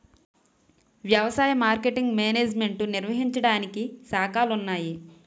వ్యవసాయ marketing management నిర్వహించడానికి శాఖలున్నాయి